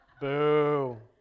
Boo